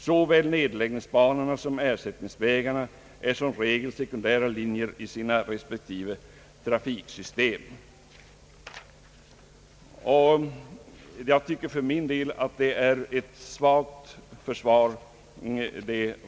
Såväl nedläggningsbanorna som ersättningsvägarna är som regel sekundära linjer i sina respektive trafiksystem, Jag tycker att detta resonemang är ett svagt försvar.